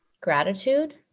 gratitude